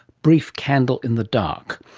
brief candle in the dark.